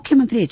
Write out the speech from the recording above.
ಮುಖ್ಯಮಂತ್ರಿ ಎಚ್